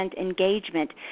engagement